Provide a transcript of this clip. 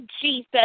Jesus